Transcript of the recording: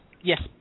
Yes